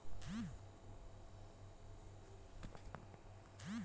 মার্কেটিংয়ের জ্যনহে দু হাজার ছ সালে সরকার পুল্ড ফিল্যাল্স ডেভেলপমেল্ট ইস্কিম ঘষলা ক্যরে